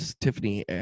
Tiffany